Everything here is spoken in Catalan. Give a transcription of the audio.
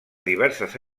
diverses